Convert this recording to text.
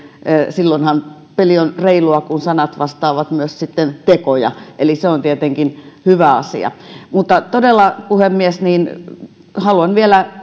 silloinhan peli on reilua kun sanat vastaavat myös sitten tekoja eli se on tietenkin hyvä asia mutta todella puhemies haluan vielä